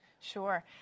Sure